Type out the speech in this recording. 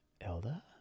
Elda